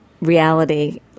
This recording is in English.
reality